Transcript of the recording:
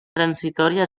transitòria